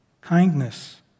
kindness